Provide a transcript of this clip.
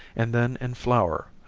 and then in flour,